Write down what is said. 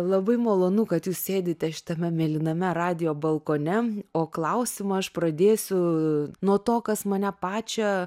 labai malonu kad jūs sėdite šitame mėlyname radijo balkone o klausimą aš pradėsiu nuo to kas mane pačią